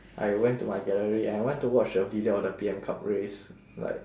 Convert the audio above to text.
I went to my gallery and I went to watch a video of the P_M cup race like